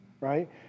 right